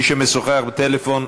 מי שמשוחח בטלפון,